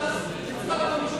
משחק,